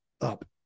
up